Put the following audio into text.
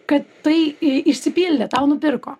kad tai išsipildė tau nupirko